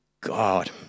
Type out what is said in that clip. God